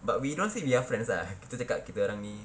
but we don't say we are friends ah kita cakap kita orang ni